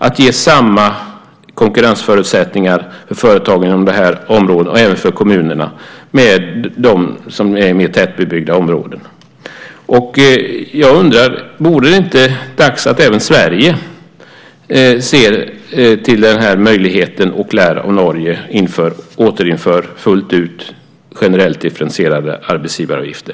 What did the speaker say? Det ger samma konkurrensförutsättningar för företagen inom de områdena och även för kommunerna som i mer tätbebyggda områden. Vore det inte dags att även Sverige ser till den här möjligheten och lär av Norge och återinför fullt ut generellt differentierade arbetsgivaravgifter?